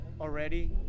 already